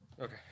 Okay